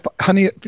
Honey